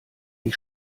ich